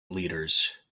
leaders